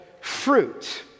fruit